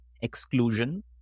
exclusion